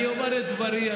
אני אומר את דברי.